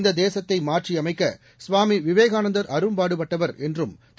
இந்த தேசத்தை மாற்றியமைக்க சுவாமி விவேகானந்தர் அரும்பாடுபட்டவர் என்றும் திரு